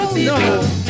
No